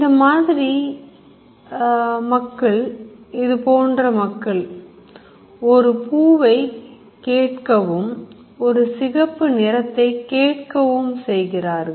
இந்த மாதிரி மக்கள் ஒரு பூவை கேட்கவும் ஒரு சிகப்பு நிறத்தை கேட்கவும் செய்கிறார்கள்